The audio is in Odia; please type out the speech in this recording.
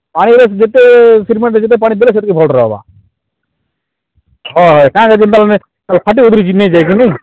ପାଣି ଗୁରା ଯେତେ ସିମେଣ୍ଟରେ ଯେତେ ପାଣି ଦେଲେ ସେତିକି ଭଲ ରହିବା ହଁ ହଁ କା କହିଲ ଫାଟି ଫାଟି ଜିନି ଯେ ଜିନି